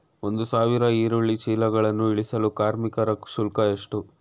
ಒಂದು ಸಾವಿರ ಈರುಳ್ಳಿ ಚೀಲಗಳನ್ನು ಇಳಿಸಲು ಕಾರ್ಮಿಕರ ಶುಲ್ಕ ಎಷ್ಟು?